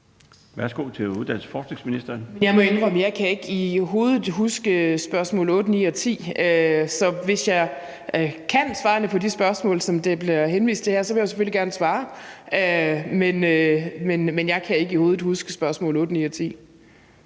kan huske spørgsmål nr. 8, 9 og 10. Hvis jeg kunne svarene på de spørgsmål, som der bliver henvist til her, ville jeg selvfølgelig gerne svare, men jeg kan ikke i hovedet huske spørgsmål nr. 8, 9 og 10.